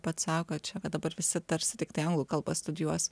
pats sakot čia kad dabar visi tarsi tiktai anglų kalbą studijuos